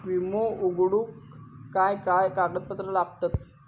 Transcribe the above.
विमो उघडूक काय काय कागदपत्र लागतत?